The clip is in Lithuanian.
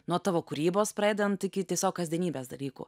nuo tavo kūrybos pradedant iki tiesiog kasdienybės dalykų